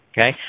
Okay